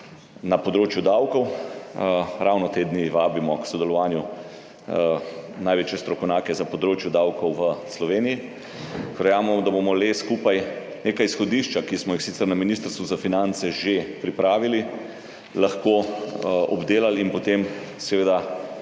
na področju davkov. Ravno te dni vabimo k sodelovanju največje strokovnjake za področje davkov v Sloveniji. Verjamemo, da bomo le skupaj neka izhodišča, ki smo jih sicer na Ministrstvu za finance že pripravili, lahko obdelali in potem seveda